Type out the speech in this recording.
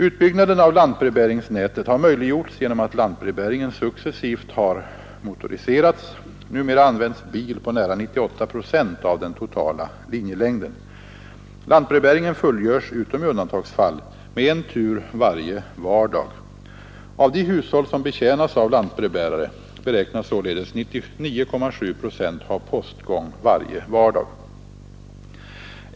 Utbyggnaden av lantbrevbäringsnätet har möjliggjorts genom att lantbrevbäringen successivt har motoriserats. Numera används bil på nära 98 procent av den totala linjelängden. Lantbrevbäringen fullgörs — utom i undantagsfall — med en tur varje vardag. Av de hushåll som betjänas av lantbrevbärare beräknas således 99,7 procent ha postgång varje vardag.